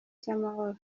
cy’amahoro